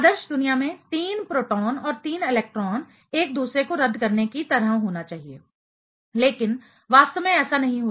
आदर्श दुनिया में 3 प्रोटॉन और 3 इलेक्ट्रॉन एक दूसरे को रद्द करने की तरह होना चाहिए लेकिन वास्तव में ऐसा नहीं होता है